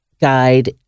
guide